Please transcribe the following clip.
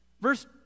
Verse